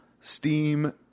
Steam